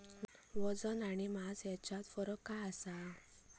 वजन आणि मास हेच्यात फरक काय आसा?